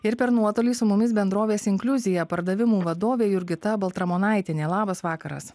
ir per nuotolį su mumis bendrovės inkliuzija pardavimų vadovė jurgita baltramonaitienė labas vakaras